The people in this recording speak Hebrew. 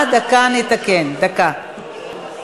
כעת אנחנו